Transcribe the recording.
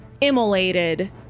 immolated